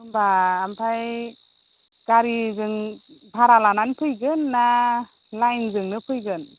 होमबा ओमफाय गारिजों भारा लानानै फैगोनना लाइनजोंनो फैगोन